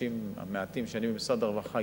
בחודשים המעטים שאני במשרד הרווחה,